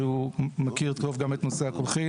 שהוא מכיר טוב גם את נושא הקולחין.